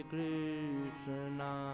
Krishna